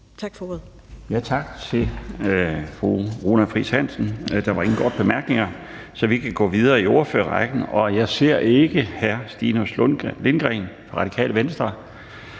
Laustsen): Tak til fru Runa Friis Hansen. Der var ingen korte bemærkninger, så vi kan gå videre i ordførerrækken. Jeg ser ikke hr. Stinus Lindgreen fra Radikale Venstre,